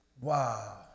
Wow